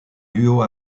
duo